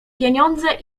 pieniądze